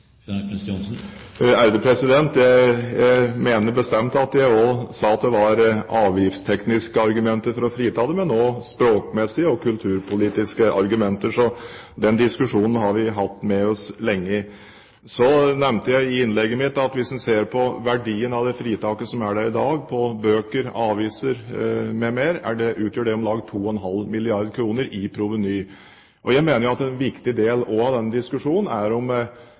Jeg mener bestemt at jeg også sa at det var avgiftstekniske argumenter for å frita bøker for moms, men også språkmessige og kulturpolitiske argumenter. Så den diskusjonen har vi hatt med oss lenge. Så nevnte jeg i innlegget mitt at hvis en ser på verdien av det fritaket som er der i dag på bøker, aviser m.m., utgjør det om lag 2,5 milliarder kr i proveny. Jeg mener at en viktig del av den diskusjonen er om